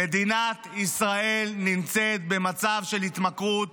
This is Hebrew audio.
מדינת ישראל נמצאת במצב של התמכרות